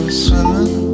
swimming